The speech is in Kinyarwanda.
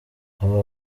aba